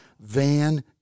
Van